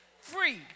free